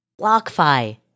BlockFi